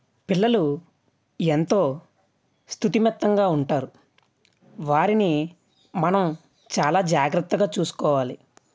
పిల్లలు ఎంతో సుతిమెత్తగా ఉంటారు వారిని మనం చాలా జాగ్రత్తగా చూసుకోవాలి